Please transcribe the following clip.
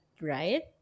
right